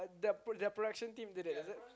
that pro~ their production team did it is it